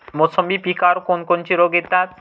मोसंबी पिकावर कोन कोनचे रोग येतात?